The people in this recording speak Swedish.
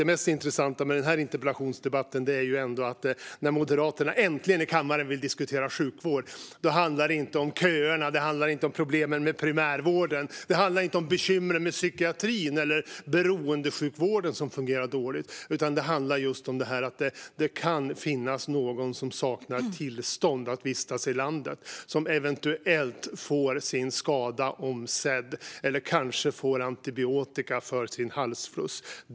Det mest intressanta med den här interpellationsdebatten är att när Moderaterna äntligen i kammaren vill diskutera sjukvård handlar det inte om köerna, problemen med primärvården, bekymren med psykiatrin eller om beroendesjukvården som fungerar dåligt. I stället handlar det om att det kan finnas någon som saknar tillstånd att vistas i landet som eventuellt får sin skada omsedd eller kanske får antibiotika mot sin halsfluss.